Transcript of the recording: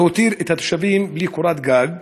והותיר את התושבים בלי קורת גג,